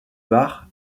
var